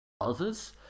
others